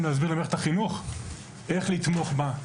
להסביר למערכת החינוך איך לתמוך בה,